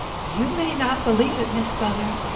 you may not believe it, miss bunner,